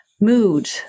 mood